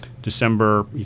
December